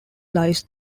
lies